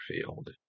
field